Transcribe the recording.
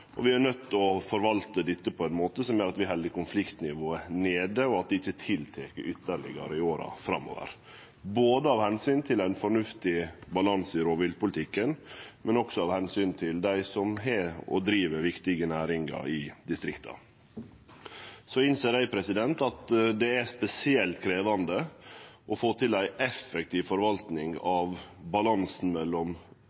Vi er nøydde til å forvalte dette på ein måte som gjer at vi held konfliktnivået nede, og at det ikkje aukar ytterlegare i åra framover – av omsyn til ein fornuftig balanse i rovviltpolitikken, men også av omsyn til dei som har og driv viktige næringar i distrikta. Så innser eg at det er spesielt krevjande å få til ei effektiv